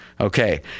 Okay